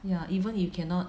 ya even if you cannot